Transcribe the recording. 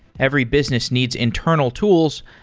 every business needs internal tools,